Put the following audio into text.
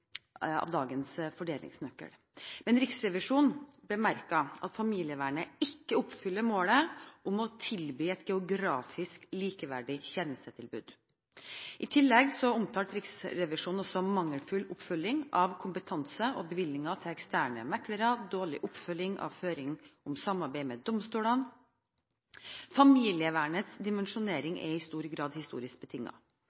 familievernet ikke oppfyller målet om å tilby et geografisk likeverdig tjenestetilbud. I tillegg omtalte Riksrevisjonen også mangelfull oppfølging av kompetanse og bevilgninger til eksterne meklere og dårlig oppfølging av føring for samarbeid med domstolene. Familievernets